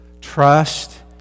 trust